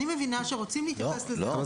אני מבינה שרוצים להתייחס לזה כאל מקצוע בריאות.